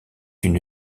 une